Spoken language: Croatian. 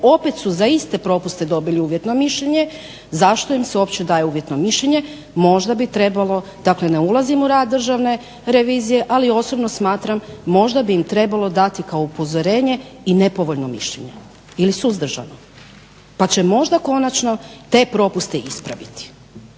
opet su za iste propuste dobili uvjetno mišljenje, zašto im se uopće daje uvjetno mišljenje? Možda bi trebalo, dakle ne ulazim u rad Državne revizije ali osobno smatram, možda bi im trebalo dati kao upozorenje i nepovoljno mišljenje ili suzdržano, pa će možda konačno te propuste ispraviti.